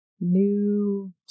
new